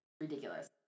ridiculous